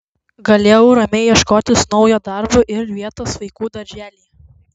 galėjau ramiai ieškotis naujo darbo ir vietos vaikų darželyje